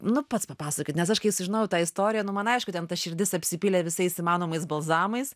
nu pats papasakokit nes aš žinau tą istoriją nu man aišku ten ta širdis apsipylė visais įmanomais balzamais